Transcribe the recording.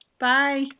Bye